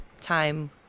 time